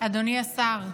אדוני השר,